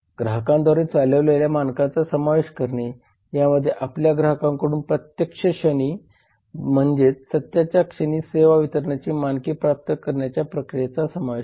ग्राहकांद्वारे चालवलेल्या मानकांचा समावेश करणे यामध्ये आपल्या ग्राहकांकडून प्रत्येक क्षणी म्हणजेच सत्याच्या क्षणी सेवा वितरणाची मानके प्राप्त करण्याच्या प्रक्रियाचा समावेश आहे